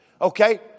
Okay